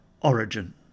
origin